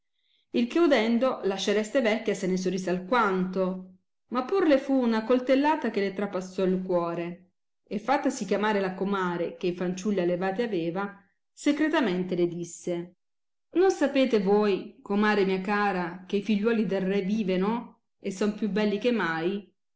il che udendo la sceleste vecchia se ne sorrise alquanto ma pur le fu una coltellata che le trapassò il cuore e fattasi chiamare la comare che i fanciulli allevati aveva secretamente le disse non sapete voi comare mia cara che i figliuoli del re viveno e son più belli che mai